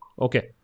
Okay